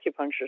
Acupuncture